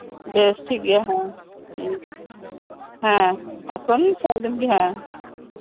ᱵᱮᱥ ᱴᱷᱤᱠᱜᱮᱭᱟ ᱦᱮᱸ ᱦᱮᱸ ᱦᱮᱸ ᱮᱠᱷᱚᱱ ᱥᱟᱨᱟᱫᱤᱱ ᱜᱤ ᱦᱮᱸ